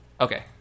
Okay